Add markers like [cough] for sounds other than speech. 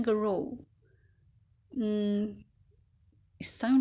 put some [noise] like sauce and herbs